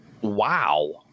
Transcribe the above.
wow